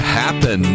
happen